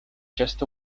just